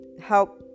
help